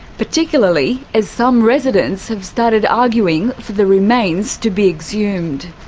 particularly as some residents have started arguing for the remains to be exhumed.